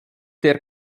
der